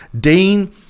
dean